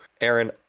aaron